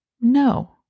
No